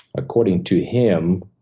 according to him,